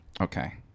Okay